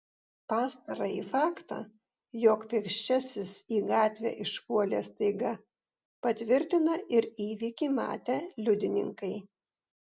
pastarąjį faktą jog pėsčiasis į gatvę išpuolė staiga patvirtina ir įvykį matę liudininkai